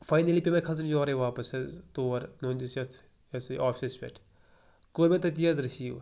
finally پیٛو مےٚ کھَسُن یورٔے واپَس حظ تور تُہنٛدِس یَتھ یہِ ہسا یہِ آفَسَس پٮ۪ٹھ کوٚر مےٚ تٔتی حظ رٔسیٖو